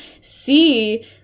see